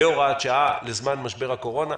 כהוראת שעה לזמן משבר הקורונה.